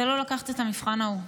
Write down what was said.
זה לא לקחת את המבחן ההוא.